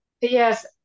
Yes